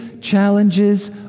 challenges